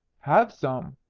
have some,